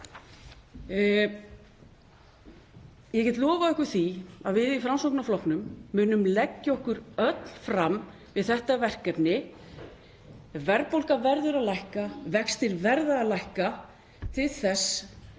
Ég get lofað ykkur því að við í Framsóknarflokknum munum leggja okkur öll fram við þetta verkefni. Verðbólga verður að lækka. Vextir verða að lækka til þess